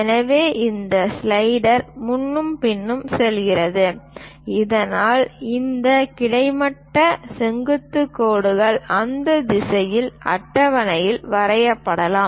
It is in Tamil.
எனவே இந்த ஸ்லைடர் முன்னும் பின்னும் செல்கிறது இதனால் இந்த கிடைமட்ட செங்குத்து கோடுகள் அந்த திசையில் அட்டவணையில் வரையப்படலாம்